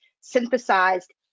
synthesized